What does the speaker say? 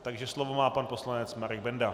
Takže slovo má pan poslanec Marek Benda.